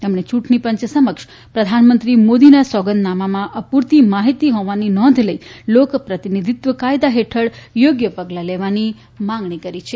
તેમણે ચૂંટણીપંચ સમક્ષ પ્રધાનમંત્રી મોદીના સોગંધનામામાં અપૂરતી માહીતી હોવાની નોંધ લઇ લોકપ્રતિનિધિત્વ કાયદા હેઠલ યોગ્ય પગલાં લેવાની માગણી કરી છે